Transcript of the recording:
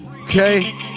Okay